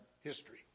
history